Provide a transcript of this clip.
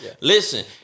Listen